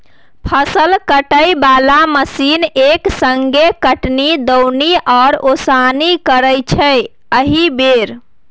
फसल काटय बला मशीन एक संगे कटनी, दौनी आ ओसौनी करय छै एकहि बेर